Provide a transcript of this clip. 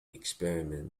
experiment